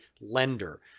lender